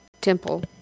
temple